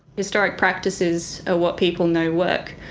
historic practices are what people know work,